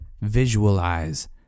visualize